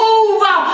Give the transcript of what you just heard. over